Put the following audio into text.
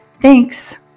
Thanks